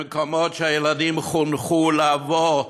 במקומות שהילדים חונכו לבוא,